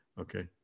Okay